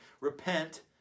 Repent